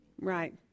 Right